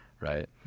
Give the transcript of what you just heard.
right